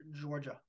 Georgia